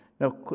Now